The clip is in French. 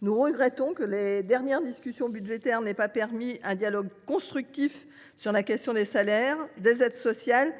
Nous regrettons que les derniers débats budgétaires n’aient pas permis un dialogue constructif au sujet des salaires, des aides sociales